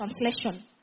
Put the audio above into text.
translation